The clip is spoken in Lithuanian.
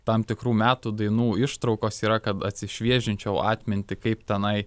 tam tikrų metų dainų ištraukos yra kad atsišviežinčiau atmintį kaip tenai